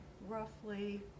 Roughly